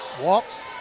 walks